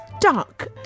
duck